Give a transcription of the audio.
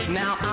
now